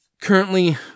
currently